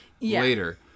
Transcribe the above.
later